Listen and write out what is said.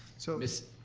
so ms.